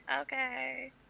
okay